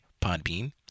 podbean